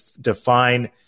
define